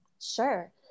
Sure